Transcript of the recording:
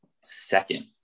second